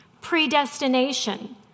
predestination